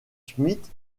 schmidt